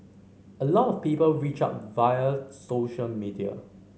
a lot of people reach out via social media